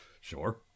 Sure